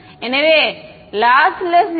எனவே லாஸ்லெஸ்